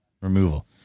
removal